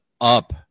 up